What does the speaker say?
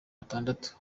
batandatu